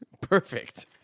Perfect